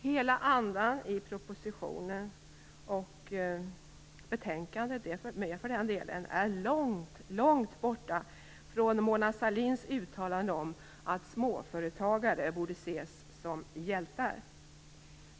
Hela andan i propositionen och också betänkandet, för den delen, är långt, långt borta från Mona Sahlins uttalanden om att småföretagare borde ses som hjältar.